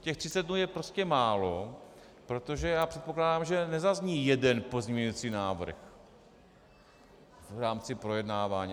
Těch 30 dnů je prostě málo, protože předpokládám, že nezazní jeden pozměňovací návrh v rámci projednávání.